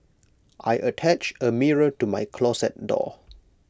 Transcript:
I attached A mirror to my closet door